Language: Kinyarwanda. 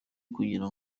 kugira